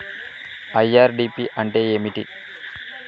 IRDP అంటే ఏమిటి?